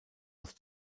aus